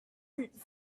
once